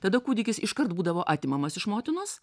tada kūdikis iškart būdavo atimamas iš motinos